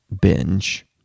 binge